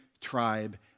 tribe